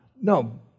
No